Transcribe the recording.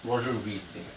roger ruby is the thing eh